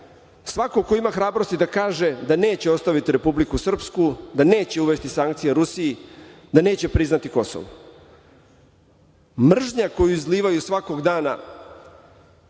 svako ko ima hrabrosti da kaže da neće ostaviti Republiku Srpsku, da neće uvesti sankcije Rusiji, da neće priznati Kosovo. Mržnja koju izlivaju svakog dana